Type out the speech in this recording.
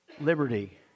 Liberty